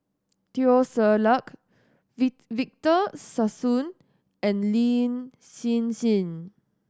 Teo Ser Luck Victor Sassoon and Lin Hsin Hsin